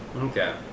Okay